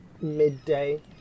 midday